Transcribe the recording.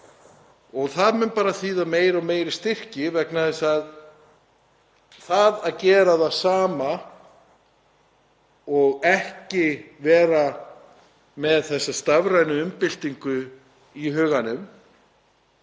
Það mun bara þýða meiri og meiri styrki vegna þess að það að gera það sama og vera ekki með þessa stafrænu umbyltingu í huganum